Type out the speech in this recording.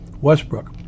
Westbrook